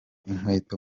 inkweto